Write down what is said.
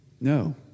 No